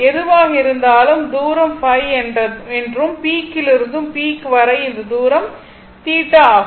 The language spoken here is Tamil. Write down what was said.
எதுவாக இருந்தாலும் தூரம் ϕ என்றும் பீக் லிருந்து பீக் வரை இந்த தூரம் ஆகும்